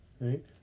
right